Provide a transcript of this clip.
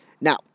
Now